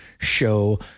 show